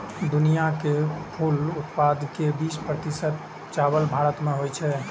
दुनिया के कुल उत्पादन के बीस प्रतिशत चावल भारत मे होइ छै